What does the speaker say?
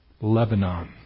Lebanon